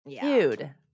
Dude